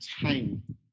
time